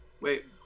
wait